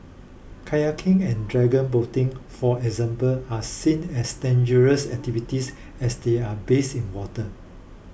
kayaking and dragon boating for example are seen as dangerous activities as they are based in water